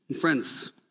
friends